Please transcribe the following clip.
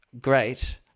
great